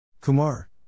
Kumar